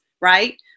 right